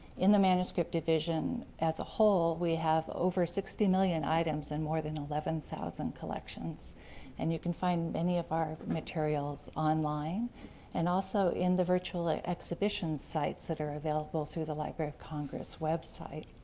in the manuscript division as a whole, we have over sixty million items in and more than eleven thousand collections and you can find many of our materials online and also in the virtual ah expedition sites that are available through the library of congress website.